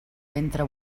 ventre